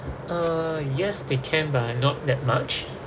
uh yes they can but not that much